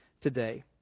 today